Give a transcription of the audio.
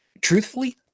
Truthfully